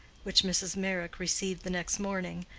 which mrs. meyrick received the next morning,